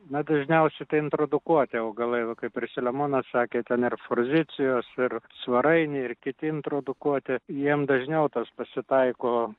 na dažniausi tai introdukuoti augalai va kaip ir selemonas sakė ten ir forzicijos ir svarainiai ir kiti introdukuoti jiem dažniau tas pasitaiko